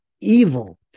evil